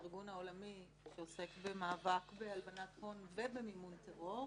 הארגון העולמי שעוסק במאבק בהלבנת הון ובמימון טרור.